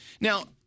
Now